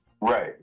Right